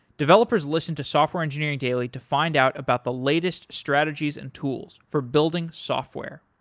developers listen to software engineering daily to find out about the latest strategies and tools for building software.